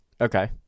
okay